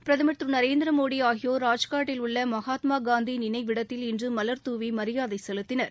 பிரதமர் திரு நரேந்திரமோடி ஆகியோர் ராஜ்காட்டில் உள்ள மகாத்மா காந்தி நினைவிடத்தில் இன்று மலர்தூவி மரியாதை செலுத்தினர்